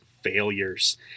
failures